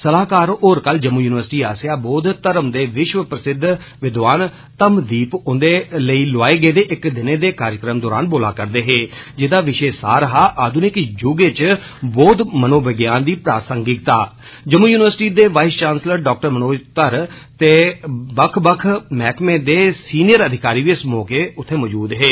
सलाहकार होर कल जम्मू युनिवर्सिटी आसेआ बौध धर्म दे विश्व प्रसिद्ध विद्दवान धम्मदीप हुंदे लेई लोआए गेदे इक दिनै दे कार्यक्रम दौरान बोलायदे हे जेह्दा विशे सार हा आध्निक ज्ग च बौद्ध मनोविज्ञान दी प्रासंगिकताध जम्मू य्निवर्सिटी दे vice chancellor doctor Manoj Dhar ते बक्ख बक्ख मैह्कमें दे सीनियर अधिकारी बी इस मौके उत्थे मौजूद हे